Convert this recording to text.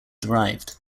derived